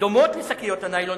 דומות לשקיות הניילון,